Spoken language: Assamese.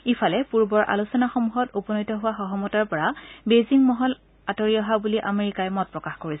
ইফালে পূৰ্বৰ আলোচনাসমূহত উপনীত হোৱা সহমতৰ পৰা বেইজিং মহল আঁতৰি অহা বুলি আমেৰিকাই মত প্ৰকাশ কৰিছে